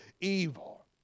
evil